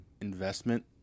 investment